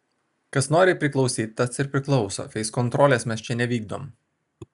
kas nori priklausyt tas ir priklauso feiskontrolės mes čia nevykdom